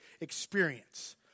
experience